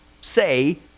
say